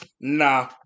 Nah